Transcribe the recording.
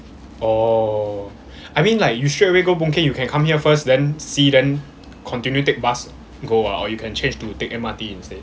oh I mean like you straight away go boon keng you can come here first then see then continue take bus go [what] or you can change to take M_R_T instead